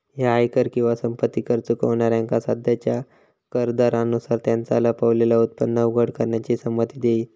ह्या आयकर किंवा संपत्ती कर चुकवणाऱ्यांका सध्याच्या कर दरांनुसार त्यांचा लपलेला उत्पन्न उघड करण्याची संमती देईत